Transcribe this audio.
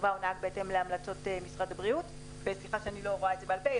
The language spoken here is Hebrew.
שיח בילטרלי מאוד גדול שמשרד החוץ מנהל אותו מול מדינות שונות.